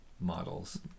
models